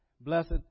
blessed